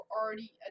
already